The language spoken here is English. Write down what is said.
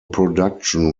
production